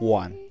one